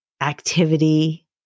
activity